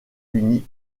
unis